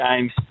games